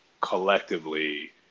collectively